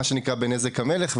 מה שנקרא: בנזק המלך,